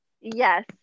Yes